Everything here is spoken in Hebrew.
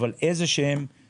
אבל איזה התמתנות.